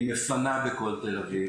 היא מפנה בכל תל אביב,